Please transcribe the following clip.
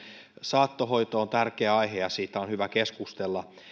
saattohoito on tärkeä aihe ja siitä on hyvä keskustella